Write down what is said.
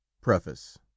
preface